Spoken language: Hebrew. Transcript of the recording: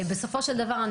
בסופו של דבר,